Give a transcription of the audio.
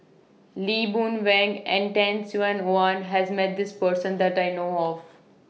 Lee Boon Wang and Tan Sin Aun has Met This Person that I know of